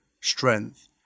strength